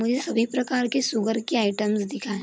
मुझे सभी प्रकार के शुगर के आइटम्स दिखाएँ